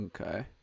Okay